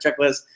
Checklist